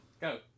Go